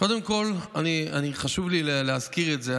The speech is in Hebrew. קודם כול חשוב לי להזכיר את זה,